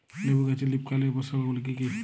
লেবু গাছে লীফকার্লের উপসর্গ গুলি কি কী?